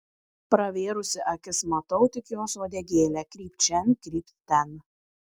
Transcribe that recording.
pravėrusi akis matau tik jos uodegėlę krypt šen krypt ten